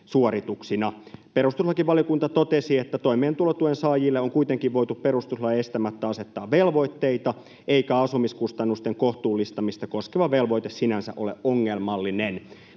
Perustuslakivaliokunta totesi, että toimeentulotuen saajille on kuitenkin voitu perustuslain estämättä asettaa velvoitteita eikä asumiskustannusten kohtuullistamista koskeva velvoite sinänsä ole ongelmallinen.